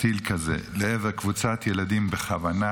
טיל כזה לעבר קבוצת ילדים בכוונה,